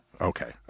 Okay